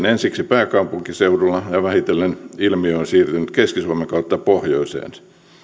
ensiksi pääkaupunkiseudulla ja vähitellen ilmiö on siirtynyt keski suomen kautta pohjoiseen